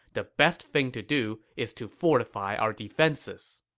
the best thing to do is to fortify our defenses.